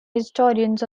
historians